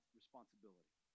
responsibility